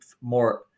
more